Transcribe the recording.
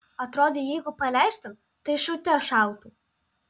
atrodė jeigu paleistum tai šaute šautų